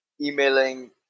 emailing